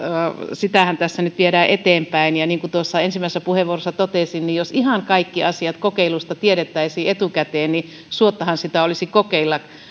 sitähän tässä nyt viedään eteenpäin ja niin kuin tuossa ensimmäisessä puheenvuorossa totesin niin jos ihan kaikki asiat kokeilusta tiedettäisiin etukäteen niin suottahan sitä olisi